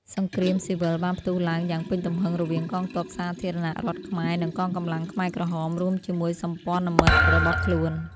សង្គ្រាមស៊ីវិលបានផ្ទុះឡើងយ៉ាងពេញទំហឹងរវាងកងទ័ពសាធារណរដ្ឋខ្មែរ និងកងកម្លាំងខ្មែរក្រហម រួមជាមួយសម្ព័ន្ធមិត្តរបស់ខ្លួន។